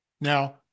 Now